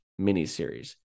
miniseries